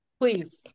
please